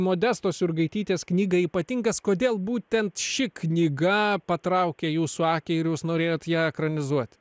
modestos jurgaitytės knygą ypatingas kodėl būtent ši knyga patraukė jūsų akį ir jūs norėjot ją ekranizuoti